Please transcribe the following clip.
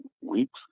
weeks